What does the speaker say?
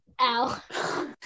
Ow